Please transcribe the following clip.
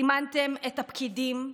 סימנתם את הפקידים,